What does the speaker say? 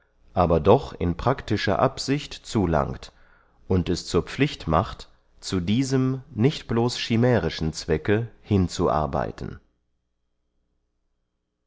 aber doch in praktischer absicht zulangt und es zur pflicht macht zu diesem nicht bloß schimärischen zwecke hinzuarbeiten